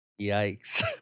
Yikes